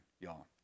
y'all